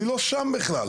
אני לא שם בכלל.